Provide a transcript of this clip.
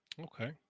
okay